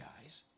guys